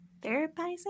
Therapizing